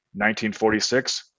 1946